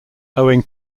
owing